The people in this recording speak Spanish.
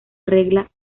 regla